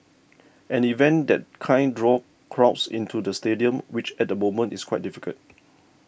an event that kind draw crowds into the stadium which at the moment is quite difficult